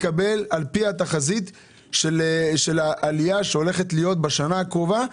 לתחזית העלייה שהולכת להיות בשנה הקרובה,